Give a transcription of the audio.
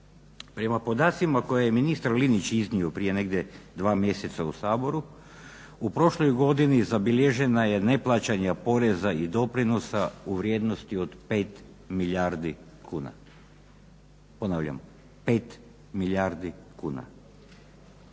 Prema podacima koje je ministar Linić iznio prije negdje 2 mjeseca u Saboru u prošloj godini zabilježena je neplaćanja poreza i doprinosa u vrijednosti od 5 milijardi kuna. Ponavljam 5 milijardi kuna.